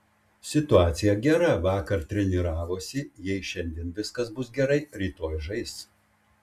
situacija gera vakar treniravosi jei šiandien viskas bus gerai rytoj žais